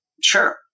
Sure